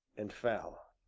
and fell.